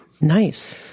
Nice